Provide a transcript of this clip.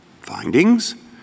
findings